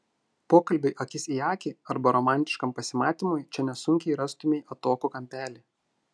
pokalbiui akis į akį arba romantiškam pasimatymui čia nesunkiai rastumei atokų kampelį